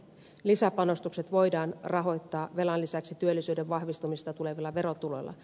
lisäpanostukset voidaan rahoittaa velan lisäksi työllisyyden vahvistumisesta tulevilla verotuloilla